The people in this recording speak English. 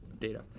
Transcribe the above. data